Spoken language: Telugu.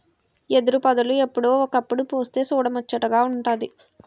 ఎదురుపొదలు ఎప్పుడో ఒకప్పుడు పుస్తె సూడముచ్చటగా వుంటాది